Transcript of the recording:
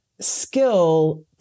skill